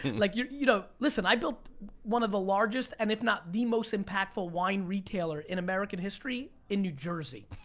like you you know, listen, i built one of the largest, and if not the most impactful wine retailer in american history in new jersey.